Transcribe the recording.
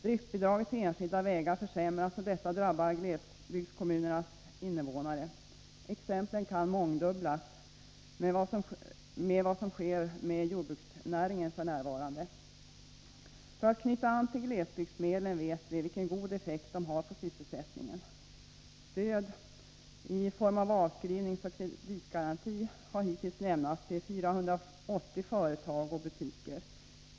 Driftbidraget till enskilda vägar försämras, och detta drabbar glesbygdskommunernas invånare. Exemplen kan mångdubblas med vad som sker med jordbruksnäringen f. n. För att knyta an till glesbygdsmedlen vet vi vilken god effekt de har på sysselsättningen. Stöd —i form av avskrivningsoch kreditgaranti— har hittills lämnats till 480 företag och butiker.